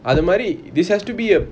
அது மாறி:athu maari this has to be a